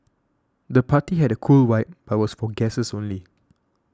the party had a cool vibe but was for guests only